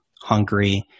Hungary